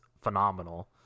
Phenomenal